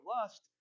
lust